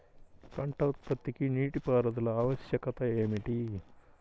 పంట ఉత్పత్తికి నీటిపారుదల ఆవశ్యకత ఏమిటీ?